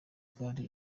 gare